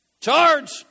Charge